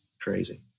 crazy